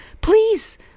Please